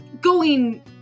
going-